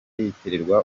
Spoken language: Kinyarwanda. yitirirwa